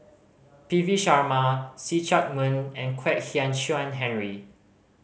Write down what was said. P V Sharma See Chak Mun and Kwek Hian Chuan Henry